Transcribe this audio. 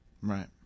Right